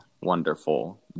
wonderful